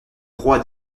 roi